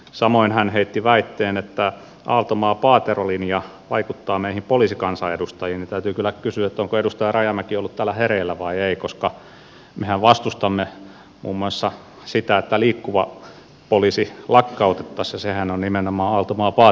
samoin hän heitti väitteen että aaltomaapaatero linja vaikuttaa meihin poliisikansanedustajiin ja täytyy kyllä kysyä onko edustaja rajamäki ollut täällä hereillä vai ei koska mehän vastustamme muun muassa sitä että liikkuva poliisi lakkautettaisiin ja sehän on nimenomaan aaltomaapaatero linjaa